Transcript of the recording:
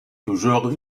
toujours